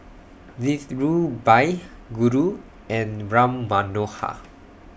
This Dhirubhai Guru and Ram Manohar